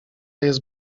jest